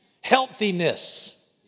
healthiness